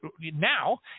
now